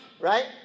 right